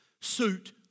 suit